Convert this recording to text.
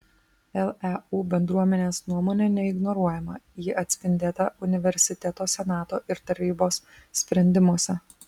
leu bendruomenės nuomonė neignoruojama ji atspindėta universiteto senato ir tarybos sprendimuose